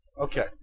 Okay